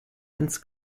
ins